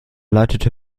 leitete